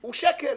הוא שקל